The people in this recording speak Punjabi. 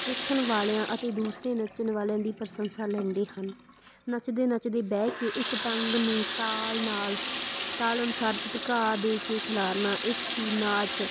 ਵੇਖਣ ਵਾਲਿਆਂ ਅਤੇ ਦੂਸਰੇ ਨੱਚਣ ਵਾਲਿਆਂ ਦੀ ਪ੍ਰਸੰਸਾ ਲੈਂਦੇ ਹਨ ਨੱਚਦੇ ਨੱਚਦੇ ਬਹਿ ਕੇ ਇੱਕ ਟੰਗ ਨੂੰ ਤਾਲ ਨਾਲ ਤਾਲ ਅਨੁਸਾਰ ਝਟਕਾ ਦੇ ਕੇ ਖਿਲਾਰਨਾ ਇਸ ਦੀ ਨਾਚ